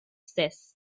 stess